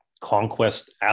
conquest